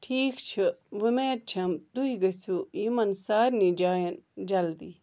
ٹھیٖک چھُ اُمید چھیٚم تُہۍ گژھِو یمن سارِنٕے جاین جلدی